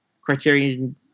Criterion